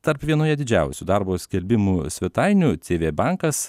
tarp vienoje didžiausių darbo skelbimų svetainių cv bankas